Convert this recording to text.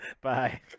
Bye